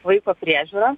vaiko priežiūrą